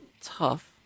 tough